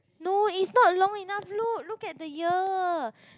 no it's not long enough look look at the ear